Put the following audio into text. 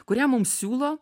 kurią mums siūlo